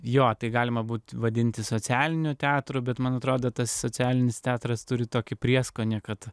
jo tai galima būt vadinti socialinio teatro bet man atrodo tas socialinis teatras turi tokį prieskonį kad